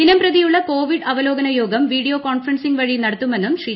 ദിനംപ്രതിയുള്ള Covid അവലോകന യോഗം video conferencing വഴി നടത്തുമെന്നും ശ്രീ